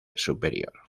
superior